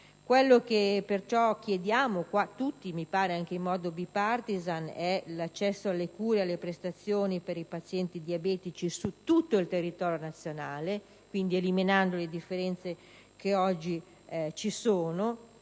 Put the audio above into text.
quello che chiediamo tutti, anche in modo *bipartisan*, è l'accesso alle cure e alle prestazioni per i pazienti diabetici su tutto il territorio nazionale (eliminando quindi le differenze che oggi ci sono)